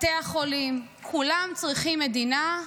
בתי החולים, כולם צריכים מדינה,